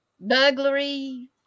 burglary